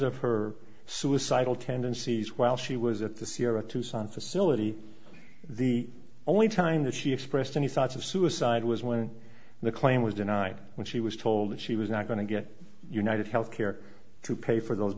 of her suicidal tendencies while she was at the sierra tucson facility the only time that she expressed any thoughts of suicide was when the claim was denied when she was told that she was not going to get united health care to pay for those